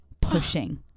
pushing